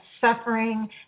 suffering